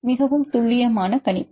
மாணவர் மிகவும் துல்லியமான கணிப்பு